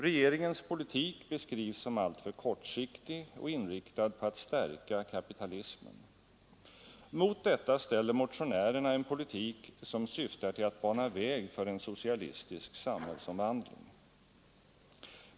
Regeringens politik beskrivs som alltför kortsiktig och inriktad på att stärka kapitalismen. Mot detta ställer motionärerna en politik som syftar till att bana väg för en socialistisk samhällsomvandling.